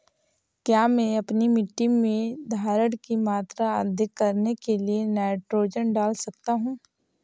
क्या मैं अपनी मिट्टी में धारण की मात्रा अधिक करने के लिए नाइट्रोजन डाल सकता हूँ?